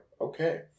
okay